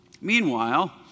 Meanwhile